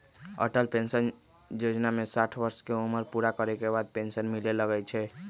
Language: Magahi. अटल पेंशन जोजना में साठ वर्ष के उमर पूरा करे के बाद पेन्सन मिले लगैए छइ